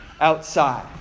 outside